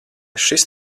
šis